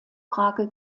frage